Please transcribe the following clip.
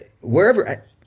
wherever